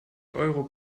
euro